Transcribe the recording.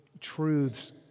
truths